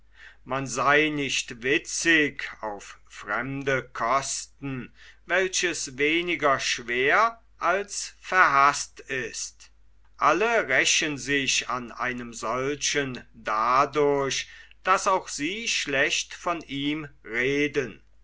man sei nicht witzig auf fremde kosten welches weniger schwer als verhaßt ist alle rächen sich an einem solchen dadurch daß auch sie schlecht von ihm reden